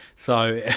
so